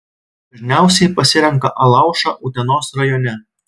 dažniausiai pasirenka alaušą utenos rajone